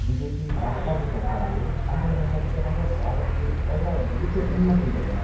BJP भाजपाको सरकार आयो हामी हेर्न सक्छौँ हाम्रो भारत देश पहिलाभन्दा निकै उन्नति गर्न